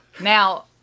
Now